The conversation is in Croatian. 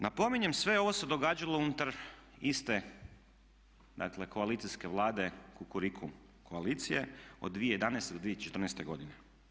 Napominjem sve ovo se događalo unutar iste dakle koalicijske Vlade Kukuriku koalicije od 2011. do 2014. godine.